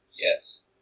yes